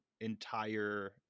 entire